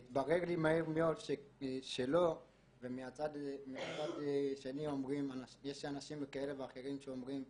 התברר לי מהר מאוד שלא --- יש אנשים כאלה ואחרים שאומרים,